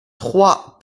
trois